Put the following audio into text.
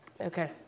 Okay